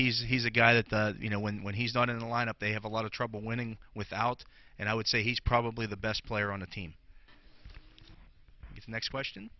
he's he's a guy that you know when when he's not in the lineup they have a lot of trouble winning without and i would say he's probably the best player on the team is next question